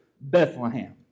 Bethlehem